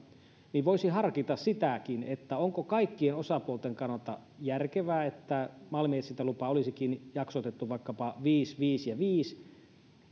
että voisi harkita sitäkin onko kaikkien osapuolten kannalta järkevää että malminetsintälupa olisikin jaksotettu vaikkapa viisi viisi ja viisi